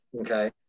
Okay